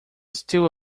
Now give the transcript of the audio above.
still